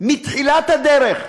מתחילת הדרך.